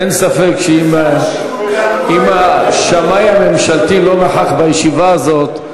אין ספק שאם השמאי הממשלתי לא נכח בישיבה הזאת,